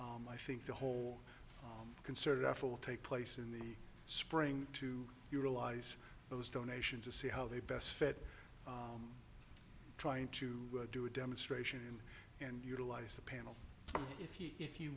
i think the whole concerted effort take place in the spring to utilize those donations to see how they best fit trying to do a demonstration and utilize the panel if you if you